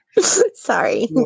Sorry